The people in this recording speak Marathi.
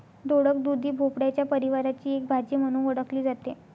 दोडक, दुधी भोपळ्याच्या परिवाराची एक भाजी म्हणून ओळखली जाते